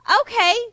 Okay